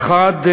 האחד,